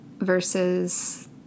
versus